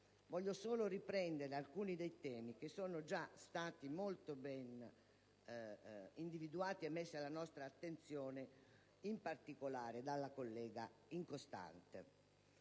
voglio solo riprendere alcuni dei temi che sono già stati molto ben individuati e messi alla nostra attenzione, in particolare, dalla collega Incostante.